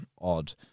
odd